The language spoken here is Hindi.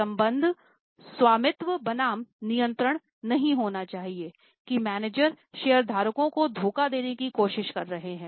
संबंध स्वामित्व बनाम नियंत्रण नहीं होना चाहिए कि मैनेजर शेयर धारकों को धोखा देने की कोशिश कर रहे हैं